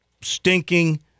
stinking